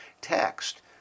text